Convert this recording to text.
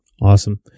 awesome